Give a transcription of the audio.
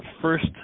first